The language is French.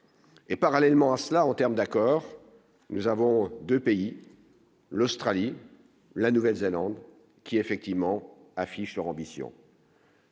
et parallèlement à cela, en termes d'accord, nous avons 2 pays, l'Australie, la Nouvelle-Zélande, qui effectivement affichent leur ambition.